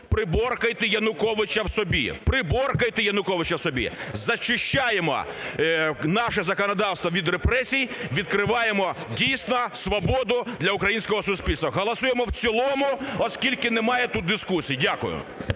приборкайте Януковича в собі, зачищаємо наше законодавство від репресій, відкриває дійсно свободу для українського суспільства. Голосуємо в цілому, оскільки немає тут дискусій. Дякую.